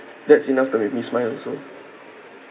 that's enough to make me smile also